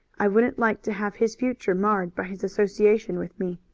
i wouldn't like to have his future marred by his association with me.